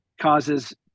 causes